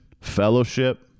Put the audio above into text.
fellowship